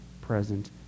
present